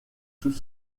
sous